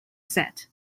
set